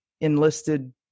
enlisted